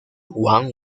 wang